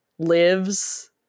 lives